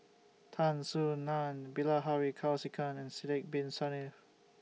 Tan Soo NAN Bilahari Kausikan and Sidek Bin Saniff